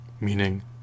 Meaning